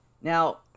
Now